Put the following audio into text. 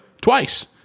twice